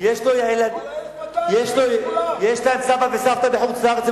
יש לו סבא וסבתא בחוץ-לארץ.